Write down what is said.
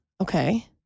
Okay